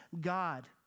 God